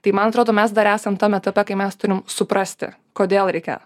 tai man atrodo mes dar esam tam etape kai mes turim suprasti kodėl reikia